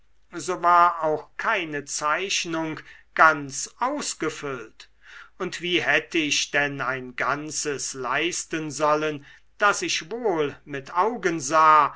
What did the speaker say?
so war auch keine zeichnung ganz ausgefüllt und wie hätte ich denn ein ganzes leisten sollen das ich wohl mit augen sah